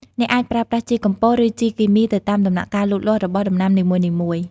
អ្នកអាចប្រើប្រាស់ជីកំប៉ុស្ត ឬជីគីមី ទៅតាមដំណាក់កាលលូតលាស់របស់ដំណាំនីមួយៗ។